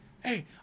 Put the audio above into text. hey